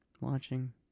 watching